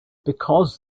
because